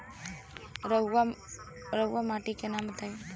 रहुआ माटी के नाम बताई?